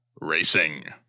racing